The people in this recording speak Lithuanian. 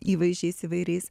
įvaizdžiais įvairiais